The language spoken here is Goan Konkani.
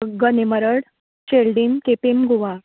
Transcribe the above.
गन्नीमरड शेल्डीम केपीम गोवा